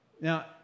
Now